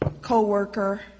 co-worker